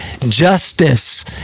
justice